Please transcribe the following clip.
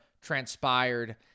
transpired